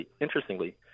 Interestingly